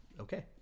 Okay